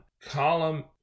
Column